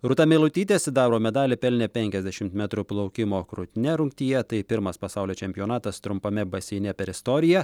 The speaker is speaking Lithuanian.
rūta meilutytė sidabro medalį pelnė penkiasdešimt metrų plaukimo krūtine rungtyje tai pirmas pasaulio čempionatas trumpame baseine per istoriją